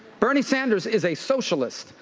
bernie sanders is a socialist.